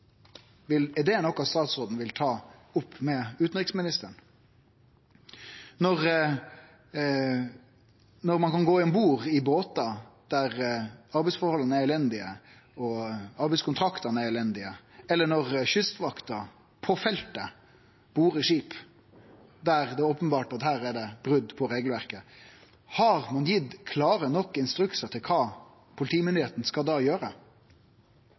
Er det noko statsråden vil ta opp med utanriksministeren? Når ein kan gå om bord i båtar der arbeidsforholda og arbeidskontraktane er elendige, eller når Kystvakta på feltet border skip der det er openbert at det er brot på regelverket, har ein gitt klare nok instruksar til kva politiet da skal gjere?